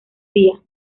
día